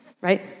Right